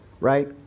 right